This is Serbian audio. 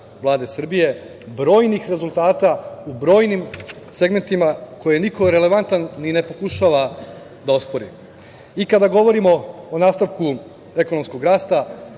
Vlade Srbije, brojnih rezultata u brojnim segmentima koje niko relevantan ni ne pokušava da ospori, i kada govorimo o nastavku ekonomskog rasta,